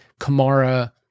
Kamara